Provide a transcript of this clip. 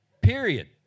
Period